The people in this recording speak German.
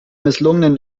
misslungenen